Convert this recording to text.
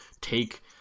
take